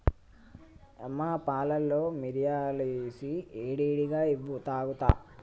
యమ్మ పాలలో మిరియాలు ఏసి ఏడి ఏడిగా ఇవ్వు తాగుత